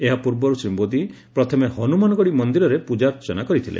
ଏହା ପୂର୍ବରୁ ଶ୍ରୀ ମୋଦୀ ପ୍ରଥମେ ହନୁମାନଗତୀ ମନିରରେ ପ୍ରଜାର୍ଚ୍ଚନା କରିଥିଲେ